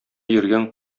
йөргән